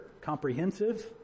Comprehensive